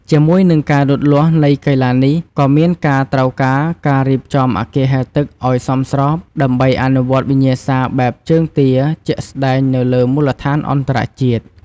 ជាមួយនឹងការលូតលាស់នៃកីឡានេះ ក៏មានការត្រូវការការរៀបចំអគារហែលទឹកឲ្យសមស្រប ដើម្បីអនុវត្តវិញ្ញាសាបែបជើងទាជាក់ស្តែងនៅលើមូលដ្ឋានអន្តរជាតិ។